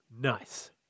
Nice